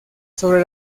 sobre